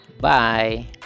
Bye